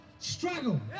struggle